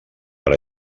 per